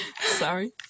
sorry